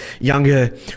younger